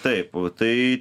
taip tai